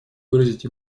выразить